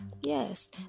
Yes